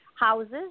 houses